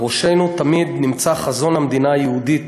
בראשנו נמצא תמיד חזון המדינה היהודית,